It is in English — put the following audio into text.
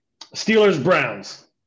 Steelers-Browns